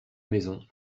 maisons